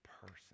person